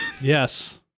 Yes